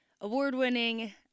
award-winning